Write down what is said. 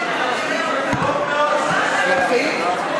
שזה שמית.